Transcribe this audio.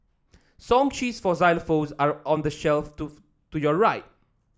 song sheets for xylophones are on the shelf to to your right